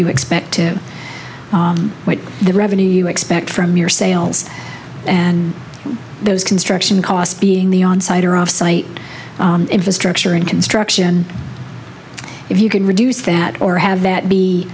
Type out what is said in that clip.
you expect to the revenue you expect from your sales and those construction costs being the on site or off site infrastructure in construction if you can reduce that or have that be